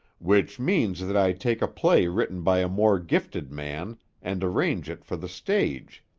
which means that i take a play written by a more gifted man and arrange it for the stage.